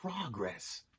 progress